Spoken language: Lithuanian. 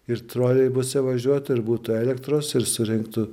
ir troleibusai važiuotų ir būtų elektros ir surinktų